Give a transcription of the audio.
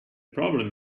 problem